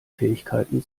fähigkeiten